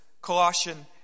Colossian